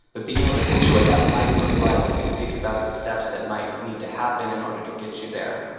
but being able to picture what that might look like and think about the steps that might need to happen in order to get you there.